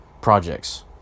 projects